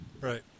Right